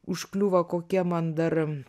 užkliūva kokie man dar